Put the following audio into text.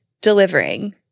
delivering